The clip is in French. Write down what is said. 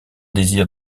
désir